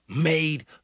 made